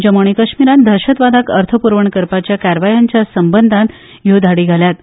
जम्मू आनी कश्मीरांत आतंकवादाक अर्थपूरवण करपाच्या कारवायाच्या संबंदान ह्यो धाडी घाल्यात